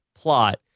plot